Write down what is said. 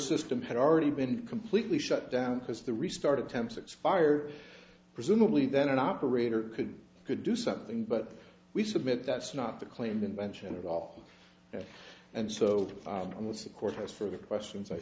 system had already been completely shut down because the restart attempts expired presumably then an operator could could do something but we submit that's not the claim invention at all and so on with the courthouse for questions i